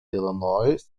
illinois